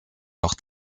noch